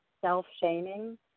self-shaming